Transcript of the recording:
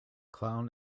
clown